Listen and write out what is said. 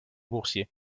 boursiers